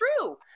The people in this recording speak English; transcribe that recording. true